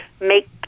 Make